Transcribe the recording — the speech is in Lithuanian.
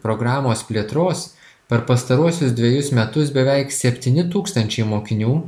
programos plėtros per pastaruosius dvejus metus beveik septyni tūkstančiai mokinių